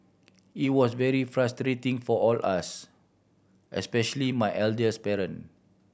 it was very frustrating for all us especially my elderly parent